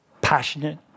passionate